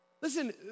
Listen